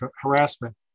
harassment